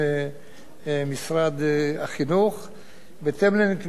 בהתאם לנתונים שמצויים בידי הרשות הלאומית לבטיחות בדרכים,